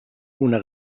una